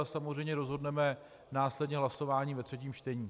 Samozřejmě rozhodneme následně hlasováním ve třetím čtení.